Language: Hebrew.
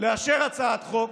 לאשר הצעת חוק,